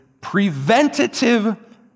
preventative